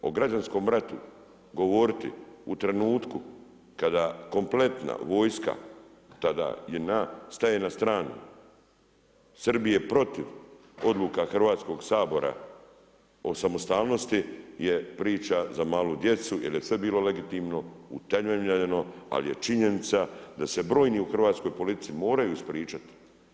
O građanskom ratu govoriti u trenutku kada kompletna vojska, tada JNA staje na stranu Srbije protiv odluke Hrvatskog sabora o samostalnosti je priča za malu djecu jer je sve bilo legitimno, utemeljeno ali je činjenica da se brojni u hrvatskoj politici moraju ispričati.